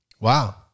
Wow